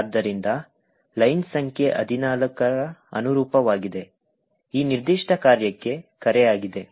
ಆದ್ದರಿಂದ ಲೈನ್ ಸಂಖ್ಯೆ 14 ಅನುರೂಪವಾಗಿದೆ ಈ ನಿರ್ದಿಷ್ಟ ಕಾರ್ಯಕ್ಕೆ ಕರೆ ಆಗಿದೆ